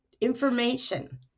information